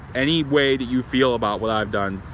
any way that you feel about what i've done,